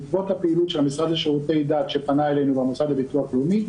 בעקבות הפעילות של המשרד לשירותי דת שפנה אלינו והמוסד לביטוח לאומי.